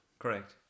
Correct